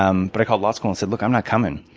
um but i called law school and said, look, i'm not coming,